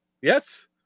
Yes